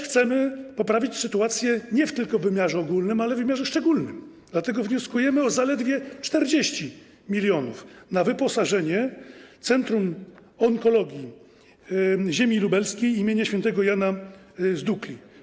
Chcemy poprawić sytuację nie tylko w wymiarze ogólnym, ale też w wymiarze szczególnym, dlatego wnioskujemy o zaledwie 40 mln na wyposażenie Centrum Onkologii Ziemi Lubelskiej im. św. Jana z Dukli.